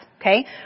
okay